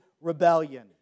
rebellion